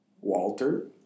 Walter